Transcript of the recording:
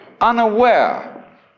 unaware